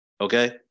okay